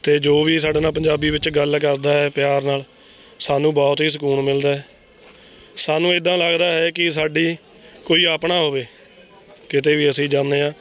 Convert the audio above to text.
ਅਤੇ ਜੋ ਵੀ ਸਾਡੇ ਨਾਲ ਪੰਜਾਬੀ ਵਿੱਚ ਗੱਲ ਕਰਦਾ ਹੈ ਪਿਆਰ ਨਾਲ ਸਾਨੂੰ ਬਹੁਤ ਹੀ ਸਕੂਨ ਮਿਲਦਾ ਹੈ ਸਾਨੂੰ ਇਦਾਂ ਲੱਗਦਾ ਹੈ ਕਿ ਸਾਡੀ ਕੋਈ ਆਪਣਾ ਹੋਵੇ ਕਿਤੇ ਵੀ ਅਸੀਂ ਜਾਂਦੇ ਹਾਂ